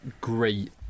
great